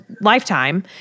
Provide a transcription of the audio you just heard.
lifetime